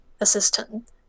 assistant